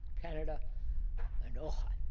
canada and ojai,